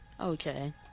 Okay